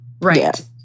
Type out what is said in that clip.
Right